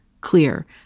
clear